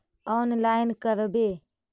Online करवे?